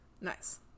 Nice